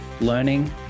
learning